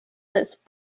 this